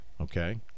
Okay